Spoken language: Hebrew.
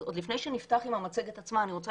אז עוד לפני שנפתח עם המצגת עצמה אני רוצה